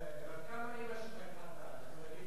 זחאלקה, בת כמה היתה אמא שלך כשהתחתנה?